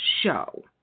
show